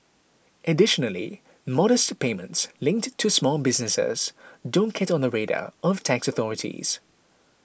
additionally modest payments linked to small business don't get on the radar of tax authorities